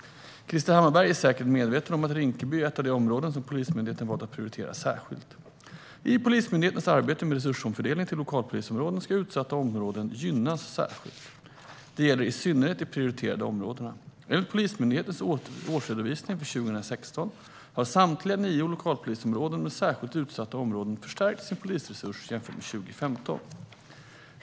Krister Hammarbergh är säkert medveten om att Rinkeby är ett av de områden som Polismyndigheten valt att prioritera särskilt. I Polismyndighetens arbete med resursomfördelning till lokalpolisområden ska utsatta områden gynnas särskilt. Det gäller i synnerhet de prioriterade områdena. Enligt Polismyndighetens årsredovisning för 2016 har samtliga nio lokalpolisområden med särskilt utsatta områden förstärkt sin polisresurs jämfört med 2015.